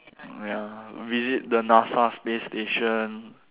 ya visit the Nasa space station